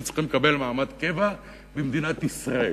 וצריכים לקבל מעמד של קבע במדינת ישראל,